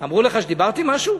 אמרו לך שדיברתי משהו?